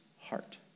heart